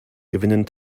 gewinnen